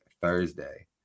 Thursday